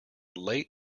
late